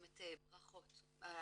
באמת ברכות על